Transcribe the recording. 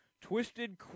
Twisted